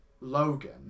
Logan